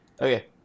okay